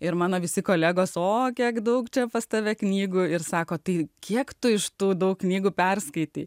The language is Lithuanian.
ir mano visi kolegos o kiek daug čia pas tave knygų ir sako tai kiek tu iš tų daug knygų perskaitei